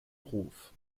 ruf